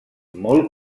molt